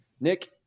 Nick